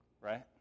Right